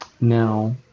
Now